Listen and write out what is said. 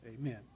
Amen